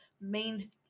main